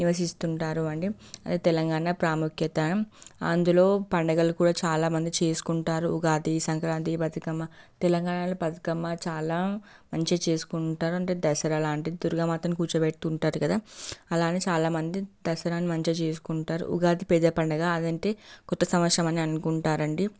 నివసిస్తూ ఉంటారు అండి తెలంగాణ ప్రాముఖ్యత అందులో పండగలు కూడా చాలా మంది చేసుకుంటారు ఉగాది సంక్రాంతి బతుకమ్మ తెలంగాణలో బతుకమ్మ చాలా మంచిగా చేసుకుంటారు అంటే దసరా లాంటిది అంటే దుర్గామాతను కూర్చోబెట్టి ఉంటారు కదా అలానే చాలా మంది దసరాని మంచిగా చేసుకుంటారు ఉగాది పెద్ద పండుగ అదంటే కొత్త సంవత్సరం అని అనుకుంటారండి